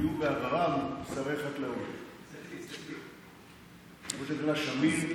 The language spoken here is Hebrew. שהיו בעברם שרי חקלאות: ראש הממשלה שמיר,